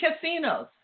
casinos